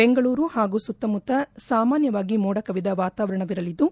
ಬೆಂಗಳೂರು ಹಾಗೂ ಸುತ್ತಮುತ್ತ ಸಾಮಾನ್ಥವಾಗಿ ಮೋಡ ಕವಿದ ವಾತವಾರಣವಿರಲಿದ್ದು